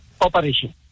operation